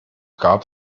gab